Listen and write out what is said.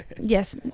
Yes